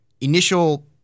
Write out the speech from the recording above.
initial